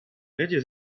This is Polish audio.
jedzie